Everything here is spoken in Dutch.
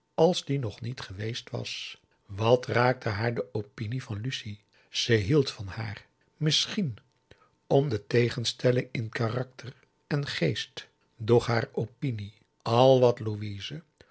als die nog niet geweest was wat raakte haar de opinie van lucie ze hield van haar misschien om de tegenstelling in karakter en geest doch haar opinie al wat louise